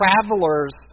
travelers